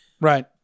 Right